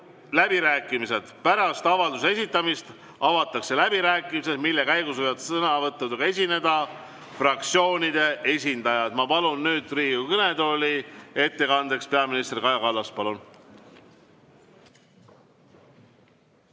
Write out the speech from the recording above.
ei esitata. Pärast avalduse esitamist avatakse läbirääkimised, mille käigus võivad sõnavõttudega esineda fraktsioonide esindajad. Palun nüüd Riigikogu kõnetooli ettekandeks peaminister Kaja Kallase. Palun!